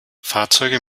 fahrzeuge